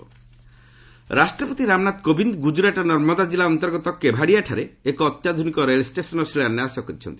president Gujarat ରାଷ୍ଟ୍ରପତି ରାମନାଥ କୋବିନ୍ଦ ଗୁଜରାଟର ନର୍ମଦା ଜିଲ୍ଲା ଅନ୍ତର୍ଗତ କେଭାଡ଼ିଆଠାରେ ଏକ ଅତ୍ୟାଧୁନିକ ରେଳ ଷ୍ଟେସନର ଶିଳାନ୍ୟାସ କରିଛନ୍ତି